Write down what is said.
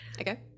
Okay